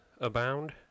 abound